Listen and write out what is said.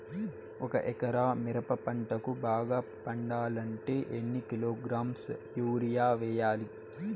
ఒక ఎకరా మిరప పంటకు బాగా పండాలంటే ఎన్ని కిలోగ్రామ్స్ యూరియ వెయ్యాలి?